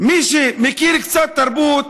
מי שמכיר קצת תרבות